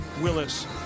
Willis